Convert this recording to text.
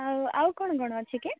ଆଉ ଆଉ କ'ଣ କ'ଣ ଅଛି କି